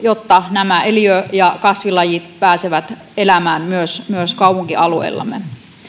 jotta eliö ja kasvilajit pääsevät elämään myös myös kaupunkialueillamme